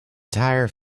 tire